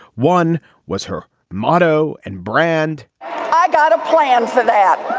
one was her motto and brand i got a plan for that.